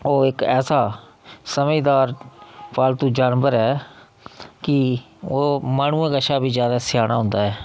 ओह् इक ऐसा समझदार पालतू जानवर ऐ कि ओह् माह्नूआ कशा बी जैदा स्याना होंदा ऐ